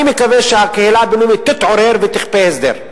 אני מקווה שהקהילה הבין-לאומית תתעורר ותכפה הסדר.